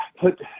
put